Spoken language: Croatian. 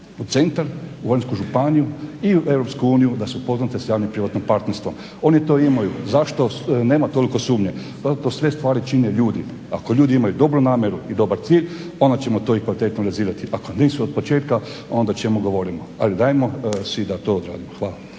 u centar u Varaždinsku županiju i u Europsku uniju da se upoznate s javno privatnim partnerstvom, oni to imaju. Zašto nemate toliko sumnje, pa sve stvari čine ljudi. Ako ljudi imaju dobru namjeru i dobar cilj onda ćemo to i kvalitetno nadzirati, ako nisu od početka onda o čemu govorimo, ali dajmo si da to odradimo. Hvala.